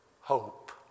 hope